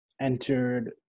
entered